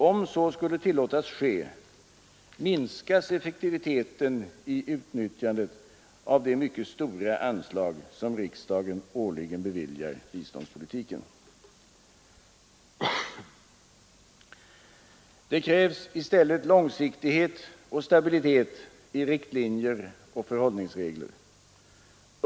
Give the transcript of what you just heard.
Om så skulle tillåtas ske, minskas effektiviteten i utnyttjandet av de mycket stora anslag som riksdagen årligen beviljar biståndspolitiken. Det krävs i stället långsiktighet och stabilitet i riktlinjer och förhållningsregler.